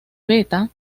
beta